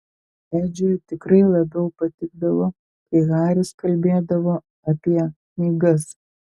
edžiui tikrai labiau patikdavo kai haris kalbėdavo apie knygas